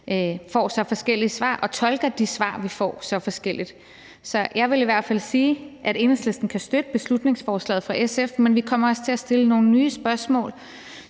får så forskellige svar og tolker de svar, vi får, så forskelligt. Så jeg vil i hvert fald sige, at Enhedslisten kan støtte beslutningsforslaget fra SF, men vi kommer også til at stille nogle nye spørgsmål